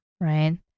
right